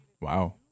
Wow